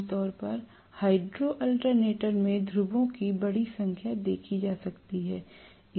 आमतौर पर hydro alternator में ध्रुवों की बड़ी संख्या देखी जा सकती है